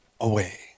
away